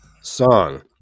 song